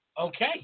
Okay